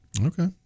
okay